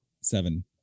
Seven